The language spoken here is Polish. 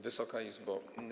Wysoka Izbo!